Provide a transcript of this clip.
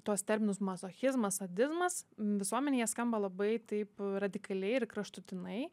tuos terminus mazochizmas sadizmas visuomenei jie skamba labai taip radikaliai ir kraštutinai